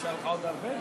נשאר לך עוד הרבה?